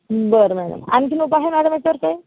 बरं मॅडम आणखी उपाय आहे मॅडम ह्याच्यावर काही